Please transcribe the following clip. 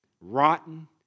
rotten